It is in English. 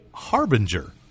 Harbinger